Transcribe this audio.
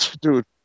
Dude